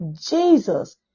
Jesus